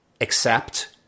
accept